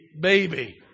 baby